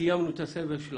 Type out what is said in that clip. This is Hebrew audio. קיימנו את הסבב של החוק.